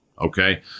okay